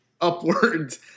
upwards